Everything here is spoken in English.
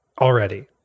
already